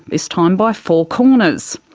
this time by four corners.